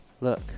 Look